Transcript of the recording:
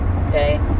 Okay